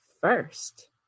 first